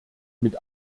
mit